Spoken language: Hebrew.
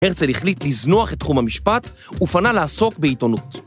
הרצל החליט לזנוח את תחום המשפט ופנה לעסוק בעיתונות.